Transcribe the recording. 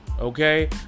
okay